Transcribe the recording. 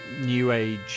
new-age